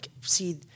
see